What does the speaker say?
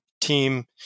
team